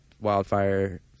wildfire